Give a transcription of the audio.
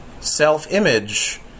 Self-image